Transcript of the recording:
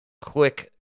quick